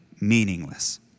meaningless